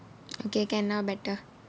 okay can now better